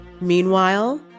Meanwhile